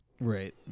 Right